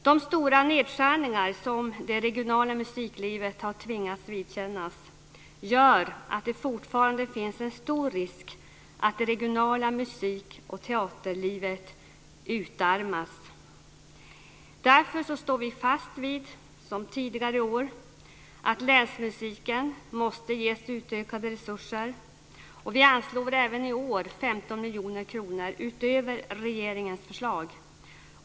De stora nedskärningar som det regionala musiklivet har tvingats vidkännas gör att det fortfarande finns en stor risk att det regionala musik och teaterlivet utarmas. Därför står vi fast vid, som tidigare år, att länsmusiken måste ges utökade resurser och anslår även i år 15 miljoner kronor utöver regeringens förslag.